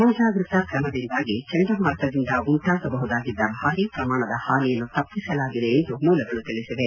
ಮುಂಜಾಗ್ರತಾ ಕ್ರಮದಿಂದ ಚಂಡ ಮಾರುತದಿಂದ ಉಂಟಾಗಬಹುದಿದ್ದ ಭಾರಿ ಪ್ರಮಾಣದ ಹಾನಿಯನ್ನು ತಪ್ಪಿಸಲಾಗಿದೆ ಎಂದು ಮೂಲಗಳು ತಿಳಿಸಿವೆ